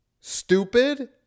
Stupid